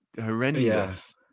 horrendous